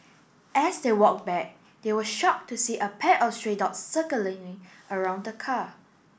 as they walked back they were shocked to see a pack of stray dogs circling around the car